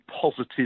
positive